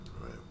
Right